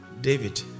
David